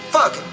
Fuck